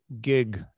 gig